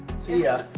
see ya.